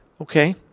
Okay